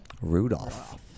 Rudolph